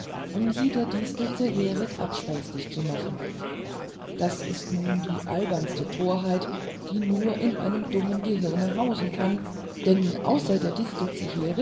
um sie der distel zeherit abspenstig zu machen das ist nun die albernste torheit die nur in einem dummen gehirn hausen kann denn außer der distel